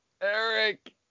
Eric